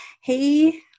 hey